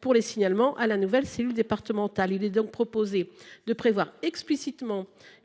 pour les signalements à la nouvelle cellule départementale. Nous proposons, d’une part, de permettre explicitement